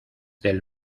del